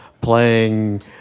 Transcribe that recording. playing